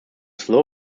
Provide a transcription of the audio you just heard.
slow